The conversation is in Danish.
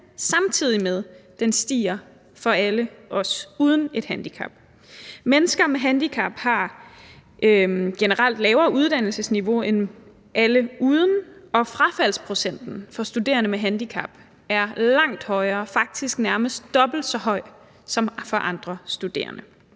samtidig med at den stiger for alle os uden et handicap. Mennesker med handicap har generelt et lavere uddannelsesniveau end alle uden handicap, og frafaldsprocenten for studerende med handicap er langt højere, faktisk nærmest dobbelt så høj som for andre studerende.